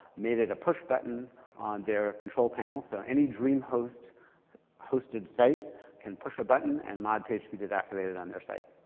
made it a push button on their control panel. so any dreamhost-hosted and site can push a button and mod pagespeed is activated on their site.